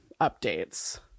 updates